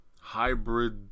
hybrid